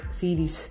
series